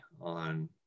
on